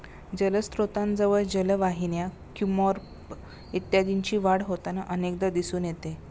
जलस्त्रोतांजवळ जलवाहिन्या, क्युम्पॉर्ब इत्यादींची वाढ होताना अनेकदा दिसून येते